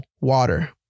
water